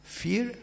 fear